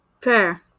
fair